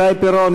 שי פירון,